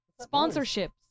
sponsorships